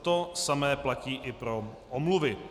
To samé platí i pro omluvy.